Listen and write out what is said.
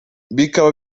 bikaba